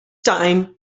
time